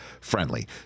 friendly